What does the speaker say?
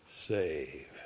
save